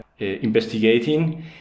investigating